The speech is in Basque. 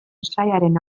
sailaren